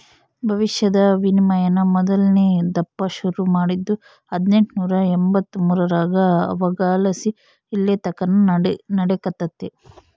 ಭವಿಷ್ಯದ ವಿನಿಮಯಾನ ಮೊದಲ್ನೇ ದಪ್ಪ ಶುರು ಮಾಡಿದ್ದು ಹದಿನೆಂಟುನೂರ ಎಂಬಂತ್ತು ಮೂರರಾಗ ಅವಾಗಲಾಸಿ ಇಲ್ಲೆತಕನ ನಡೆಕತ್ತೆತೆ